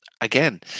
again